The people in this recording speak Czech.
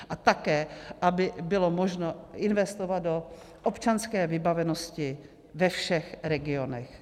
A také aby bylo možno investovat do občanské vybavenosti ve všech regionech.